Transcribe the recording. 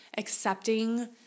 accepting